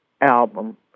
album